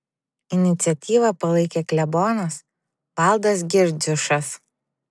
iniciatyvą palaikė klebonas valdas girdziušas